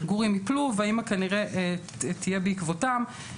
גורים ייפלו, והאימא כנראה תהיה בעקבותיהם.